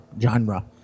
Genre